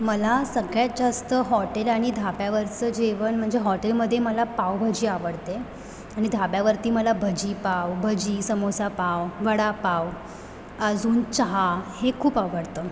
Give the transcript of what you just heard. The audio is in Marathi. मला सगळ्यात जास्त हॉटेल आणि धाब्यावरचं जेवण म्हणजे हॉटेलमध्ये मला पावभाजी आवडते आणि धाब्यावरती मला भजीपाव भजी समोसापाव वडापाव अजून चहा हे खूप आवडतं